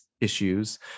issues